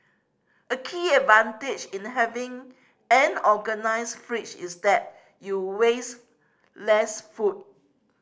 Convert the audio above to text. a key advantage in having an organised fridge is that you waste less food